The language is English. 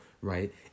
right